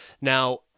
Now